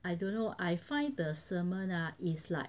I don't know I find the sermon ah is like